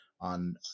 on